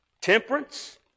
temperance